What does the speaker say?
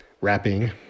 wrapping